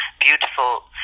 beautiful